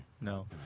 no